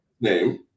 name